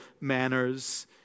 manners